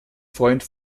freund